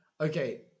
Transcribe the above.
Okay